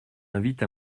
invite